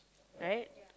right